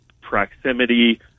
proximity